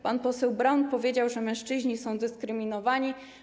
Pan poseł Braun powiedział, że mężczyźni są dyskryminowani.